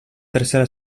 tercera